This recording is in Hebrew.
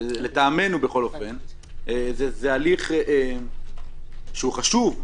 לטעמנו בכל אופן זה תהליך שהוא חשוב,